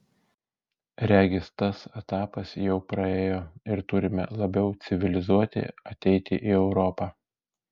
regis tas etapas jau praėjo ir turime labiau civilizuoti ateiti į europą